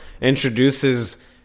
introduces